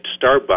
Starbucks